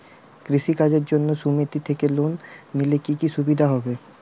কৃষি কাজের জন্য সুমেতি থেকে লোন নিলে কি কি সুবিধা হবে?